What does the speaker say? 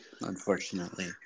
unfortunately